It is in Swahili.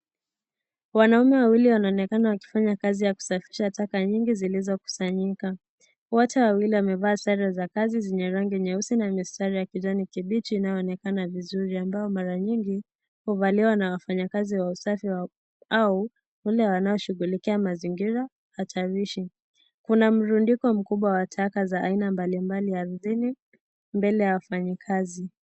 Wanaume wawili wanaonekana wakifanya kazi ya kusafisha taka nyingi zilizokusanyika ,wote wawili wamevaa sare za kazi zenye rangi nyeusi na misitari ya kijani kibichi inayoonekana vizuri ambao mara nyingi huvaliwa na wafanyakazi wa usafi au wale wanaoshughukilia mazingira hatalishi, kuna mrundiko mkubwa wa taka za aina mbalimbali ardhini mbele ya wafanyikazi.